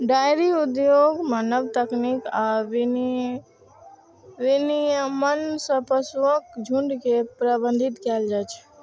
dairy उद्योग मे नव तकनीक आ विनियमन सं पशुक झुंड के प्रबंधित कैल जाइ छै